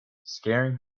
scaring